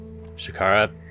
Shakara